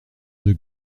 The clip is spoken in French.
deux